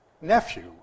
nephew